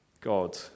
God